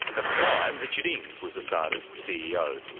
at the time richard ings was asada's ceo.